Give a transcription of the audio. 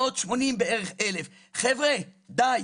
680,000. חבר'ה, די.